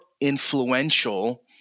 influential